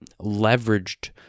leveraged